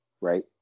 right